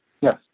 Yes